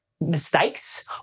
mistakes